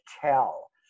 tell